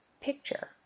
picture